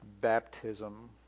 baptism